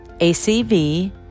ACV